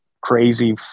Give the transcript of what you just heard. crazy